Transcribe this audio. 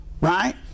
right